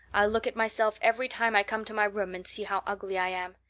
i'll look at myself every time i come to my room and see how ugly i am.